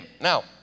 Now